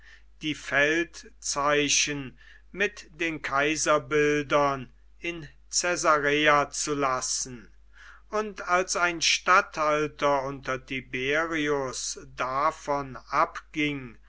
die feldzeichen mit den kaiserbildern in caesarea zu lassen und als ein statthalter unter tiberius davon abging